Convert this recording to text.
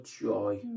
joy